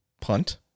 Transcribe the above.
Punt